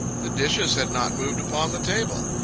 the dishes had not moved upon the table.